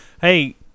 Hey